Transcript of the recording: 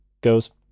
goes